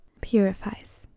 purifies